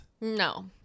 No